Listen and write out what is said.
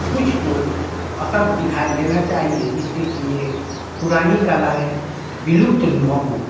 कुछ तो असर दिखाई देना चाहिए जिससे कि यह पुरानी कला है विलुप्त ना हो